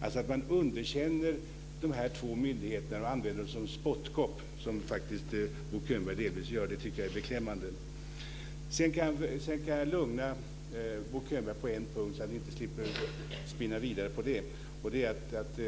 Att man underkänner de här två myndigheterna och använder dem som spottkopp, som Bo Könberg faktiskt delvis gör, tycker jag är beklämmande. Jag kan vidare lugna Bo Könberg på en punkt, så att han slipper spinna vidare på den.